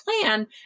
plan